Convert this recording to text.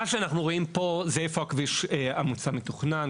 מה שאנחנו רואים פה זה איפה כביש המוצע מתוכנן.